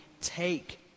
take